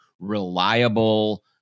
reliable